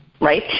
right